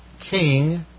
king